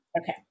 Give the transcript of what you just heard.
Okay